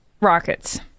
rockets